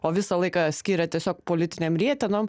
o visą laiką skiria tiesiog politinėm rietenom